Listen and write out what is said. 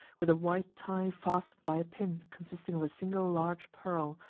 with a white tie fastened by a pin consisting of a single large pearl,